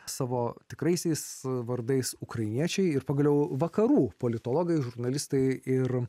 savo tikraisiais vardais ukrainiečiai ir pagaliau vakarų politologai žurnalistai ir